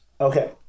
Okay